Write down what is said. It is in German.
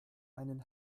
einen